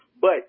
But-